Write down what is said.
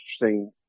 interesting